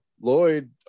lloyd